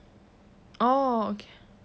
oh okay